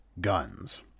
guns